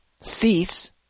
cease